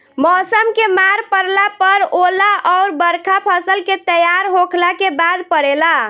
मौसम के मार पड़ला पर ओला अउर बरखा फसल के तैयार होखला के बाद पड़ेला